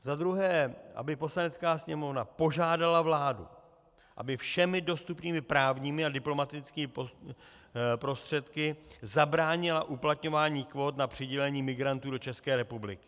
Za druhé, aby Poslanecká sněmovna požádala vládu, aby všemi dostupnými právními a diplomatickými prostředky zabránila uplatňování kvót na přidělení migrantů do České republiky.